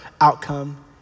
outcome